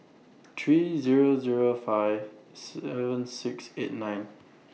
three Zero Zero five seven six eight nine